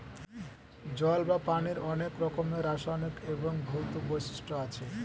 জল বা পানির অনেক রকমের রাসায়নিক এবং ভৌত বৈশিষ্ট্য আছে